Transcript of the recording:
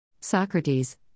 Socrates